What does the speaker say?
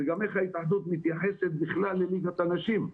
זה גם איך שההתאחדות מתייחסת לליגת הנשים.